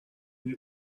اینه